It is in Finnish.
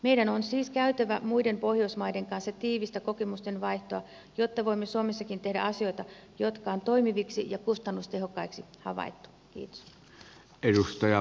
meidän on siis käytävä muiden pohjoismaiden kanssa tiivistä kokemusten vaihtoa jotta voimme suomessakin tehdä asioita jotka on toimiviksi ja kustannustehokkaiksi havaittu